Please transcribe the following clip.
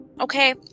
okay